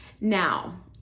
Now